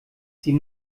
sie